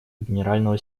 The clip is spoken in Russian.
генерального